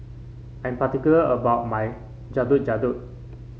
I'm particular about my Getuk Getuk